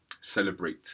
celebrate